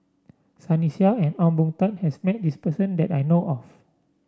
Sunny Sia and Ong Boon Tat has met this person that I know of